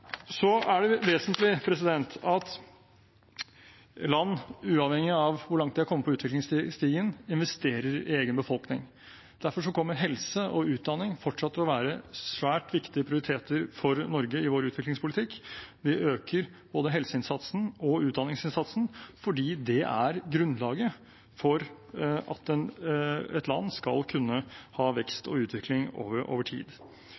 Så er det vesentlig at land, uavhengig av hvor langt de er kommet på utviklingsstigen, investerer i egen befolkning. Derfor kommer helse og utdanning fortsatt til å være svært viktige prioriteter for Norge i vår utviklingspolitikk. Vi øker både helseinnsatsen og utdanningsinnsatsen fordi det er grunnlaget for at et land skal kunne ha vekst og utvikling over tid.